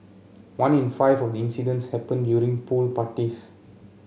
one in five of the incidents happened during pool parties